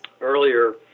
earlier